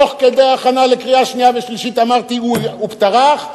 תוך כדי הכנה לקריאה שנייה ושלישית אמרתי: הוא טרח,